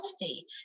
healthy